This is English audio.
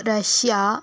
Russia